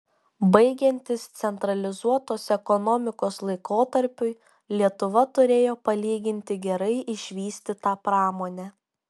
baigiantis centralizuotos ekonomikos laikotarpiui lietuva turėjo palyginti gerai išvystytą pramonę